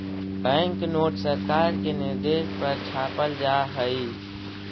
bank note सरकार के निर्देश पर छापल जा हई